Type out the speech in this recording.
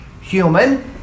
human